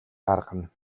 гаргана